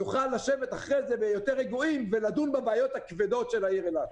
נוכל לשבת אחרי זה יותר רגועים ולדון בבעיות הכבדות של העיר אילת.